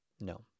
No